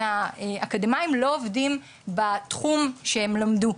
מהאקדמאים הם לא עובדים בתחום שהם למדו.